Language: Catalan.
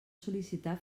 sol·licitar